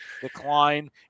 decline